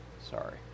Sorry